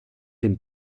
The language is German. dem